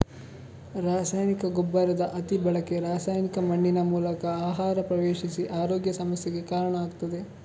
ರಾಸಾಯನಿಕ ಗೊಬ್ಬರದ ಅತಿ ಬಳಕೆ ರಾಸಾಯನಿಕ ಮಣ್ಣಿನ ಮೂಲಕ ಆಹಾರ ಪ್ರವೇಶಿಸಿ ಆರೋಗ್ಯ ಸಮಸ್ಯೆಗೆ ಕಾರಣ ಆಗ್ತದೆ